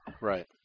Right